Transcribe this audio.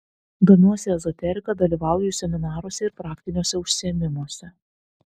domiuosi ezoterika dalyvauju seminaruose ir praktiniuose užsiėmimuose